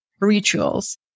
rituals